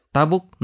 Tabuk